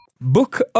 Book